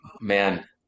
Man